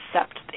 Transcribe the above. accept